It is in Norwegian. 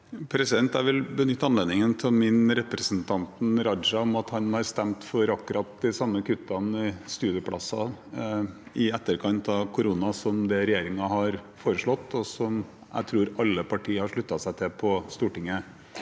Jeg vil benytte anledningen til å minne representanten Raja om at han har stemt for akkurat de samme kuttene i studieplasser i etterkant av korona som det regjeringen har foreslått, og som jeg tror alle partier på Stortinget